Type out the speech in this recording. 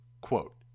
Quote